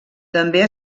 també